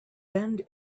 bend